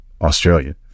Australia